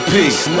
Peace